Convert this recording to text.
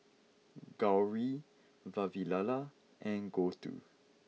Gauri Vavilala and Gouthu